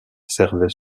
servait